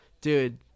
Dude